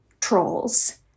trolls